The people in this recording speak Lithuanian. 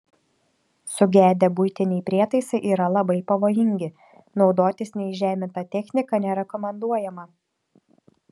sugedę buitiniai prietaisai yra labai pavojingi naudotis neįžeminta technika nerekomenduojama